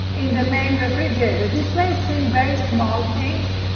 in the main refrigerator? this may seem very small things,